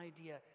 idea